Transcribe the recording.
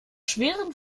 schwerin